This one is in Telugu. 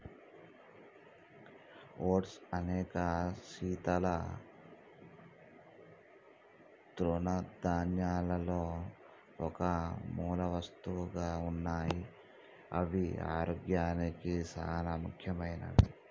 ఓట్స్ అనేక శీతల తృణధాన్యాలలో ఒక మూలవస్తువుగా ఉన్నాయి అవి ఆరోగ్యానికి సానా ముఖ్యమైనవి